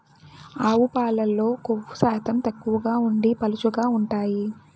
ఆవు పాలల్లో కొవ్వు శాతం తక్కువగా ఉండి పలుచగా ఉంటాయి